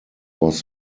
was